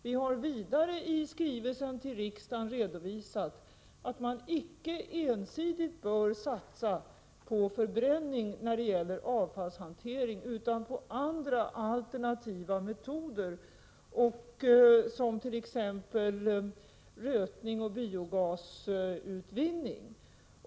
Vidare har vi i skrivelsen till riksdagen redovisat att man icke ensidigt bör satsa på förbränning när det gäller avfallshantering utan att man också bör satsa på andra alternativa metoder — t.ex. rötning och biogasutvinning.